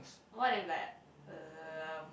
what if like um